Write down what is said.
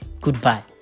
goodbye